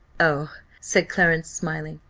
oh, said clarence, smiling,